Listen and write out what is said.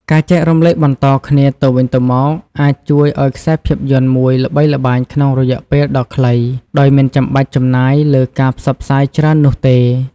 ការចែករំលែកបន្តគ្នាទៅវិញទៅមក អាចជួយឱ្យខ្សែភាពយន្តមួយល្បីល្បាញក្នុងរយៈពេលដ៏ខ្លីដោយមិនចាំបាច់ចំណាយលើការផ្សព្វផ្សាយច្រើននោះទេ។